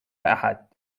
أحد